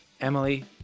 Emily